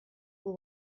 will